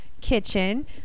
kitchen